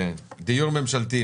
דיור ממשלתי.